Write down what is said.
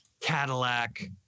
Cadillac